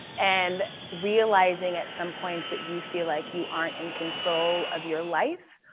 and realizing at some points that you feel like you aren't in control of your life.